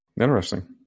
Interesting